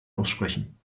aussprechen